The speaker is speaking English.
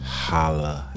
holla